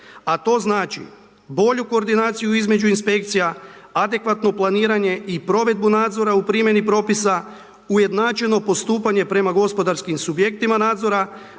a to znači bolju koordinaciju između inspekcija, adekvatno planiranje i provedbu nadzora u primjeni propisa, ujednačeno postupanje prema gospodarskim subjektima nadzora,